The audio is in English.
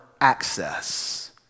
access